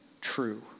true